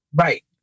Right